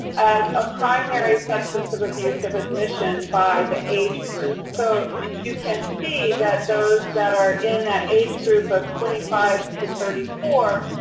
a primary substance of abuse of admission by the age group. so you can see that those that are in that age group of twenty five to thirty four,